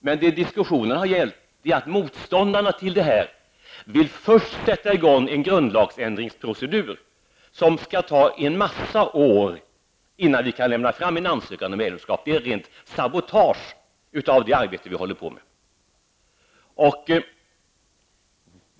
Men diskussionerna har här gällt att motståndarna först vill sätta i gång en grundlagsändringsprocedur som skall ta en massa år innan vi kan lämna fram en ansökan om medlemskap. Det är ett rent sabotage av det arbete vi håller på med.